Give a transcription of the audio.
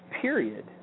period